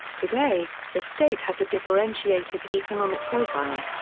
today, the state has a differentiated economic profile.